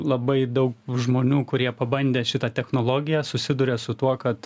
labai daug žmonių kurie pabandė šitą technologiją susiduria su tuo kad